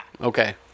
Okay